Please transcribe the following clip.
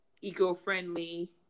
eco-friendly